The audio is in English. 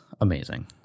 amazing